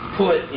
put